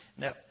Now